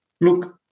Look